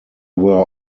were